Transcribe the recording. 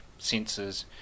sensors